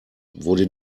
wurde